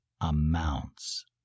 amounts